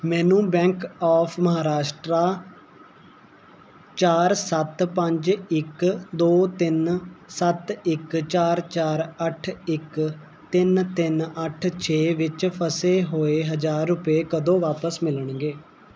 ਮੈਨੂੰ bank of Maharashtra ਚਾਰ ਸੱਤ ਪੰਜ ਇੱਕ ਦੋ ਤਿੰਨ ਸੱਤ ਇੱਕ ਚਾਰ ਚਾਰ ਅੱਠ ਇੱਕ ਤਿੰਨ ਤਿੰਨ ਅੱਠ ਛੇ ਵਿੱਚ ਫਸੇ ਹੋਏ ਹਜ਼ਾਰ ਰੁਪਏ ਕਦੋਂ ਵਾਪਸ ਮਿਲਣਗੇ